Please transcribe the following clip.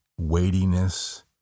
weightiness